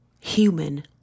human